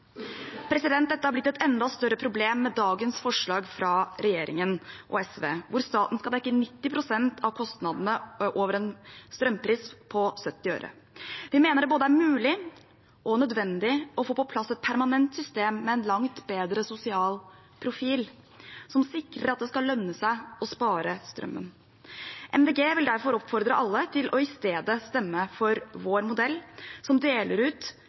Dette er blitt et enda større problem med dagens forslag fra regjeringen og SV, hvor staten skal dekke 90 pst. av kostnadene over en strømpris på 70 øre per kilowattime. Vi mener det både er mulig og nødvendig å få på plass et permanent system, med en langt bedre sosial profil, som sikrer at det skal lønne seg å spare strømmen. Miljøpartiet De Grønne vil derfor oppfordre alle til i stedet å stemme for vår modell, som deler ut